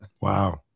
Wow